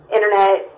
Internet